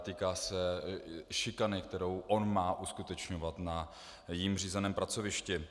Týká se šikany, kterou on má uskutečňovat na jím řízeném pracovišti.